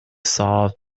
solve